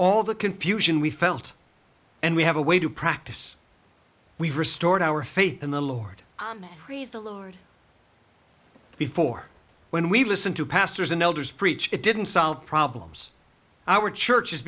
all the confusion we felt and we have a way to practice we've restored our faith in the lord rees the lord before when we listen to pastors and elders preach it didn't solve problems our church is